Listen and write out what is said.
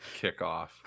kickoff